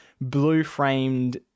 blue-framed